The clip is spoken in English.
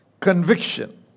conviction